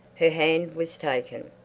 her hand was taken.